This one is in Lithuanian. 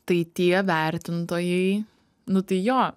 tai tie vertintojai nu tai jo